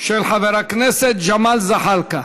של חבר הכנסת ג'מאל זחאלקה.